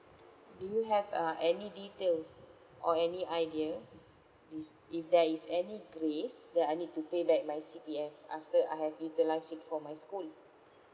do you have uh any details or any idea this if there is any grace that I need to pay back my C_P_F after I have utilized it for my school